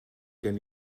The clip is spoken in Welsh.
gen